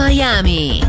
Miami